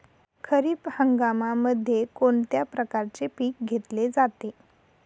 खरीप हंगामामध्ये कोणत्या प्रकारचे पीक घेतले जाते?